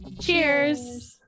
Cheers